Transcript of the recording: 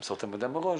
למסור את המידע מראש.